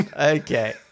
Okay